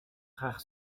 graag